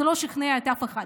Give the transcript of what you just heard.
זה לא שכנע את אף אחד.